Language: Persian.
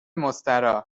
مستراح